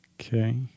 Okay